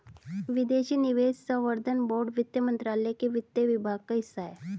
विदेशी निवेश संवर्धन बोर्ड वित्त मंत्रालय के वित्त विभाग का हिस्सा है